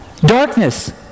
Darkness